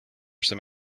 some